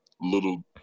little